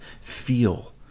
feel